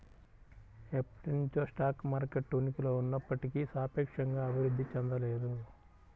ఎప్పటినుంచో stock market ఉనికిలో ఉన్నప్పటికీ సాపేక్షంగా అభివృద్ధి చెందలేదు